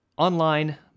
Online